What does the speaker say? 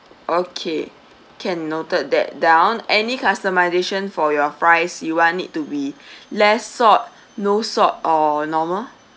okay can noted that down any customization for your fries you want it to be less salt no salt or normal